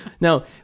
Now